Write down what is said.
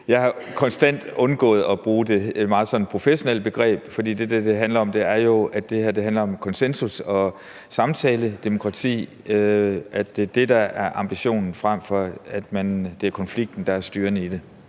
Jeg har konstant undgået at bruge det sådan meget professionelle begreb, fordi det, det handler om, er jo konsensus og samtaledemokrati – altså det er det, der er ambitionen, frem for at det er konflikten, der er det styrende i det.